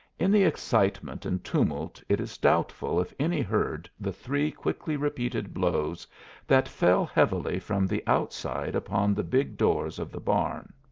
in the excitement and tumult it is doubtful if any heard the three quickly repeated blows that fell heavily from the outside upon the big doors of the barn.